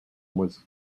was